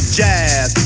jazz